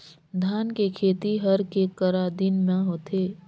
धान के खेती हर के करा दिन म होथे?